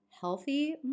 healthy